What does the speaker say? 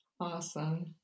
Awesome